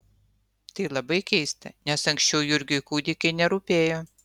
tai labai keista nes anksčiau jurgiui kūdikiai nerūpėjo